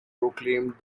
proclaimed